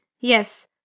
Yes